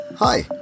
Hi